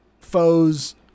foes